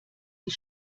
die